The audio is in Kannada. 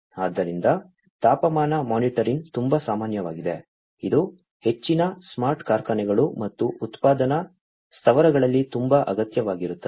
ಆದ್ದರಿಂದ ತಾಪಮಾನ ಮಾನಿಟರಿಂಗ್ ತುಂಬಾ ಸಾಮಾನ್ಯವಾಗಿದೆ ಇದು ಹೆಚ್ಚಿನ ಸ್ಮಾರ್ಟ್ ಕಾರ್ಖಾನೆಗಳು ಮತ್ತು ಉತ್ಪಾದನಾ ಸ್ಥಾವರಗಳಲ್ಲಿ ತುಂಬಾ ಅಗತ್ಯವಾಗಿರುತ್ತದೆ